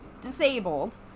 disabled